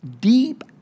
deep